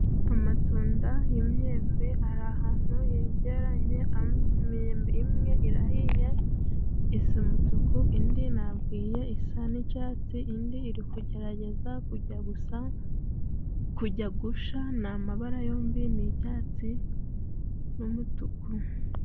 Amatunda y'imyembe ari ahantu yegeranye imyembe imwe iraye isa umutuku, indi ntabwo ihiye isa ni icyatsi, indi iri kugerageza kujya gusa kujya gushya ni amabara yombi ni icyatsi n'umutuku.